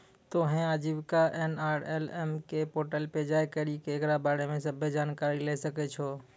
तोहें आजीविका एन.आर.एल.एम के पोर्टल पे जाय करि के एकरा बारे मे सभ्भे जानकारी लै सकै छो